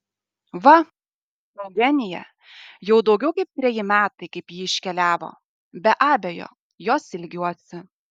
va eugenija jau daugiau kaip treji metai kaip ji iškeliavo be abejo jos ilgiuosi